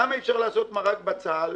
למה אי-אפשר לעשות מרק בצל?